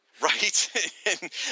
Right